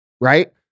right